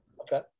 Okay